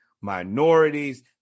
minorities